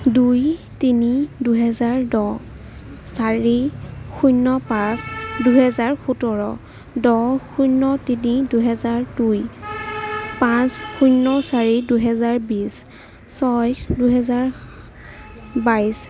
দুই তিনি দুহেজাৰ দহ চাৰি শূন্য পাঁচ দুহেজাৰ সোতৰ দহ শূন্য তিনি দুহেজাৰ দুই পাঁচ শূন্য চাৰি দুহেজাৰ বিশ ছয় দুহেজাৰ বাইছ